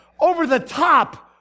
Over-the-top